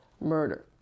murder